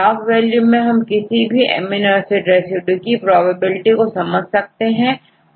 log value से हम किसी भी अमीनो एसिड रेसिड्यू की प्रोबेबिलिटी को समझा सकते हैं